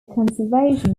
conservation